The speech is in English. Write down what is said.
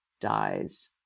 dies